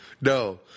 no